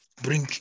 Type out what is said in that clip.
bring